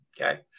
okay